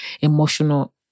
emotional